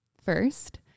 First